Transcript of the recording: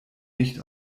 nicht